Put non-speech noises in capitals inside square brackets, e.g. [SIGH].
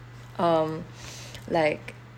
um [BREATH] like